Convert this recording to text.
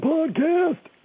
Podcast